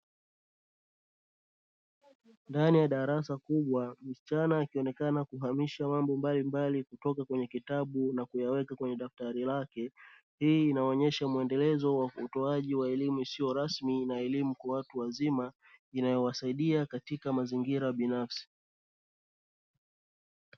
Ndani ya darasa kubwa, msichana akionekana kuhamisha mambo mbalimbali kutoka kwenye kitabu na kuyaweka kwenye daftari lake, hii inaonyesha muendelezo wa utoaji wa elimu isiyo rasmi na elimu kwa watu wazima inayowasaidia katika mazingira binafsi.